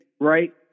right